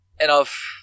enough